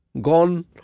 gone